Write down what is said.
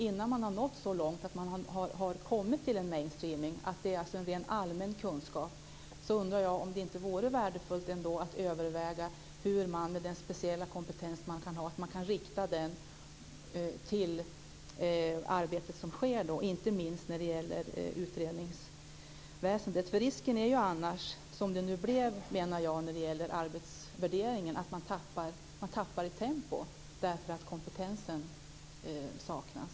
Innan man har nått så långt att man har kommit fram till en mainstreaming fordras det en mer allmän kunskap. Jag undrar om det ändå inte vore värdefullt att överväga att rikta den speciella kompetens som man kan ha till det arbete som sker, inte minst när det gäller utredningsväsendet. Risken är annars att det blir som med arbetsvärderingen, att man tappar i tempo därför att kompetensen saknas.